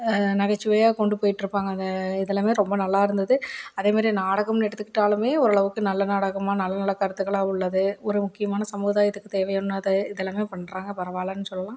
நகைச்சுவையாக கொண்டு போயிட்ருப்பாங்க அந்த இதலாமே ரொம்ப நல்லா இருந்தது அதே மாதிரியே நாடகம்னு எடுத்துக்கிட்டாலுமே ஓரளவுக்கு நல்ல நாடகமாக நல்ல நல்ல கருத்துகளாக உள்ளது ஒரு முக்கியமான சமுதாயத்துக்குத் தேவையானது இதல்லாமே பண்ணுறாங்க பரவாயில்லன்னு சொல்லலாம்